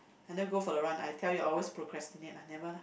I never go for the run I tell you always procrastinate ah never lah